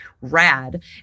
rad